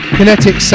Kinetic